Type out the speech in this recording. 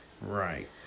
Right